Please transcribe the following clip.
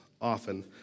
often